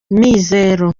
mizero